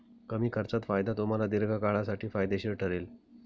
कमी खर्चात फायदा तुम्हाला दीर्घकाळासाठी फायदेशीर ठरेल